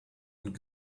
und